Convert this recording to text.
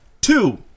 Two